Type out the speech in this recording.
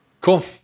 cool